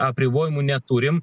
apribojimų neturim